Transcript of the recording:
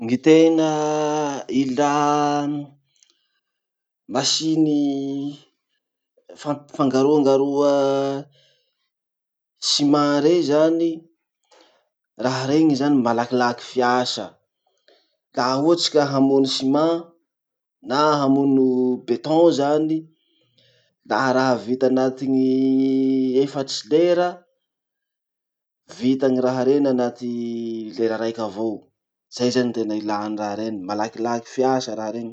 Gny tena ilà masiny fa- fangarongaroa ciments rey zany. Raha regny zany malakilaky fiasa. Laha ohatsy ka hamono ciment na hamono beton zany, laha raha vita anatin'ny efatsy lera, vitan'ny raha reny anaty lera raiky avao. Zay zany tena ilà any raha reny, malaky fiasa raha reny.